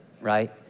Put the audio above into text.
right